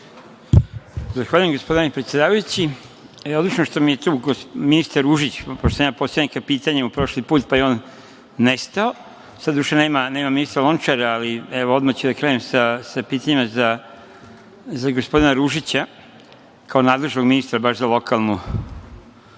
Zahvaljujem, gospodine predsedavajući. Odlično što mi je tu ministar Ružić, pošto sam ja postavio neka pitanja prošli put, pa je on nestao, sad doduše nema ministra Lončara, ali evo odmah ću da krenem sa pitanjima za gospodina Ružića, kao nadležnog ministra za lokalnu